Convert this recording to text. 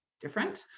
different